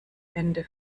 ende